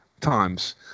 times